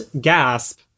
Gasp